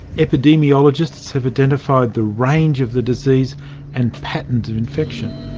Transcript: epidemiologists have identified the range of the disease and patterns of infection.